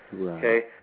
Okay